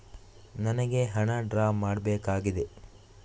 ನನಿಗೆ ಹಣ ಡ್ರಾ ಮಾಡ್ಬೇಕಾಗಿದೆ